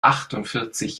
achtundvierzig